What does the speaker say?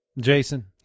Jason